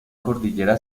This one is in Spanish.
cordillera